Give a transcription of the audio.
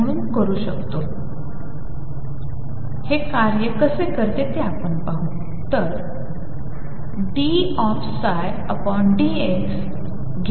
म्हणून करू शकतो हे कसे कार्य करते ते आपण पाहू